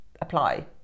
apply